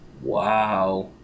Wow